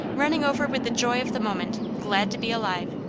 running over with the joy of the moment, glad to be alive.